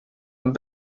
and